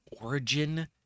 origin